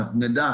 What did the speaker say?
אבל אנחנו נדע